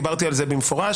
דיברתי על זה במפורש.